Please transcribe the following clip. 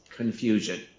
confusion